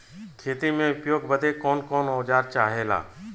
खेती में उपयोग बदे कौन कौन औजार चाहेला?